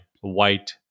white